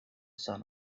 sun